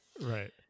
Right